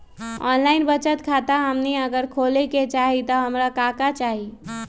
Online बचत खाता हमनी अगर खोले के चाहि त हमरा का का चाहि?